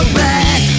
back